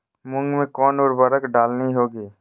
मूंग में कौन उर्वरक डालनी होगी?